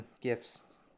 gifts